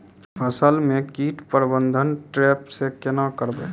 फसल म कीट प्रबंधन ट्रेप से केना करबै?